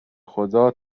خدا